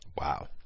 Wow